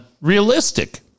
realistic